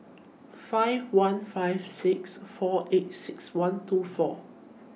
five one five six four eight six one two four